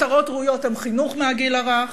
מטרות ראויות הן חינוך מהגיל הרך,